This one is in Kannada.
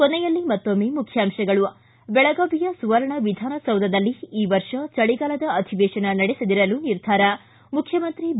ಕೊನೆಯಲ್ಲಿ ಮತ್ತೊಮ್ಮೆ ಮುಖ್ಯಾಂಶಗಳು ್ಕೆ ಬೆಳಗಾವಿಯ ಸುವರ್ಣ ವಿಧಾನಸೌಧದಲ್ಲಿ ಈ ವರ್ಷ ಚಳಿಗಾಲದ ಅಧಿವೇಶನ ನಡೆಸದಿರಲು ನಿರ್ಧಾರ ಮುಖ್ಖಮಂತ್ರಿ ಬಿ